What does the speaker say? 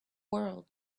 world